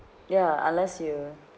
ya unless you